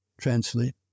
translate